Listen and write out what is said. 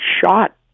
shot